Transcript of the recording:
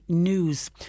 news